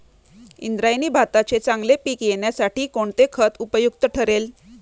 इंद्रायणी भाताचे चांगले पीक येण्यासाठी कोणते खत उपयुक्त ठरेल?